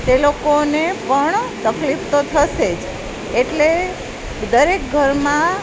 તે લોકોને પણ તકલીફ તો થશે જ એટલે દરેક ઘરમાં